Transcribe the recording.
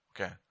Okay